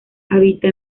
habita